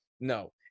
No